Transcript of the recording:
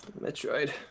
metroid